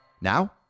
Now